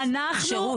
שירות.